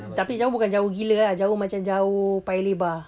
tapi jauh bukan jauh gila ah jauh macam jauh paya lebar